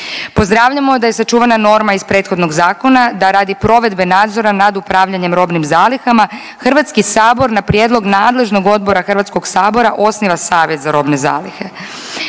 Pozdravljamo da je sačuvana norma iz prethodnog zakona da radi provedbe nadzora nad upravljanjem robnim zalihama Hrvatski sabor na prijedlog nadležnog odbora Hrvatskog sabora osniva savez za robne zalihe.